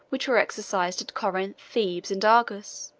which were exercised at corinth, thebes, and argos,